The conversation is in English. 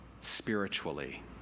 spiritually